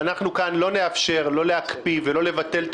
אנחנו כאן לא נאפשר לא להקפיא ולא לבטל את